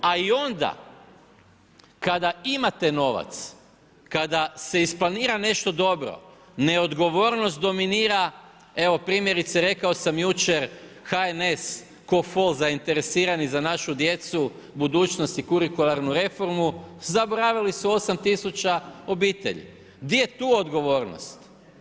A i onda kada imate novac, kada se isplanira nešto dobro, neodgovornost dominira, evo, primjerice rekao sam jučer, HNS ko fol zainteresirani za našu djecu, budućnost i kurikularnu reformu, zaboravili su 8000 obitelji, gdje je tu odgovornost?